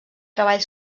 treball